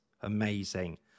Amazing